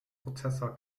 prozessor